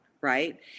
right